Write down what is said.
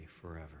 forever